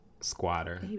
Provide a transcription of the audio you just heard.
Squatter